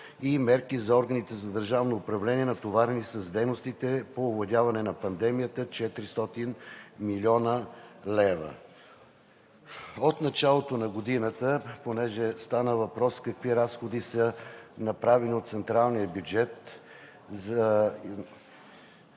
и мерки за органите за държавно управление, натоварени с дейностите по овладяване на пандемията – 400 млн. лв. От началото на годината, понеже стана въпрос какви разходи са направени от централния бюджет